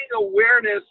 awareness